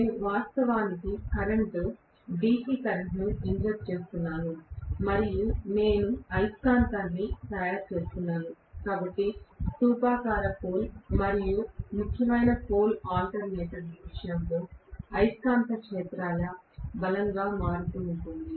నేను వాస్తవానికి current DC కరెంట్ను ఇంజెక్ట్ చేస్తున్నాను మరియు నేను అయస్కాంతాన్ని తయారు చేస్తున్నాను కాబట్టి స్థూపాకార పోల్ మరియు ముఖ్యమైన పోల్ ఆల్టర్నేటర్ విషయంలో అయస్కాంత క్షేత్రాల బలం మారుతూ ఉంటుంది